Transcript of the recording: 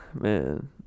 Man